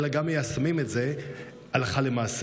אלא גם מיישמים את זה הלכה למעשה.